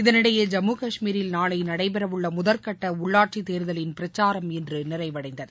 இதனிடையே ஜம்மு காஷ்மீரில் நாளை நடைபெறவுள்ள முதற்கட்ட உள்ளாட்சித் தேர்தலில் பிரச்சாரம் இன்று நிறைவடைந்தது